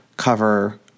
cover